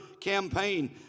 campaign